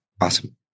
Awesome